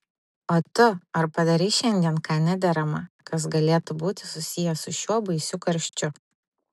o tu ar padarei šiandien ką nederama kas galėtų būti susiję su šiuo baisiu karščiu